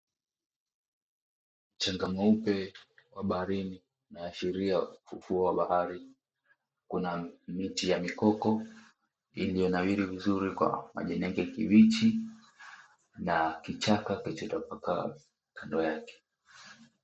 Mchanga mweupe wa baharini inaashiria ufuo wa bahari kuna miti ya mikoko iliyo nawiri vizuri kwa majani yake kibichi na kichaka kilichotapakaa kando yake.